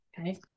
Okay